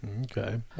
Okay